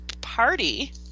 party